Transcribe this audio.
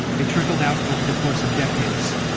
they trickled out over the course of decades.